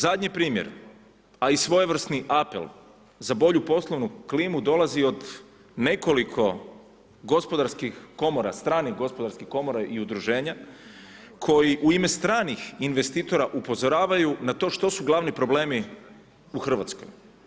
Zadnji primjer, a i svojevrsni apel za bolju poslovnu klimu dolazi od nekoliko gospodarskih komora, stranih gospodarskih komora i udruženja, koji u ime stranih investitora upozoravaju na to što su glavni problemi u Hrvatskoj.